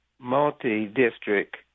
multi-district